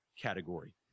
category